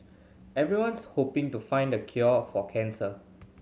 everyone's hoping to find the cure for cancer